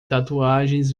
tatuagens